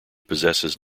possesses